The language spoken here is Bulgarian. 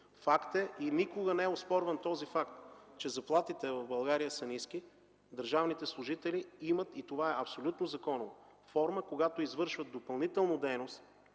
Факт е, и никога не е оспорван този факт, че заплатите в България са ниски. Държавните служители имат, и това е абсолютно законово, форма, когато извършват допълнителна дейност,